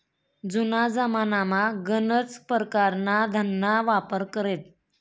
जुना जमानामा गनच परकारना धनना वापर करेत